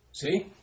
See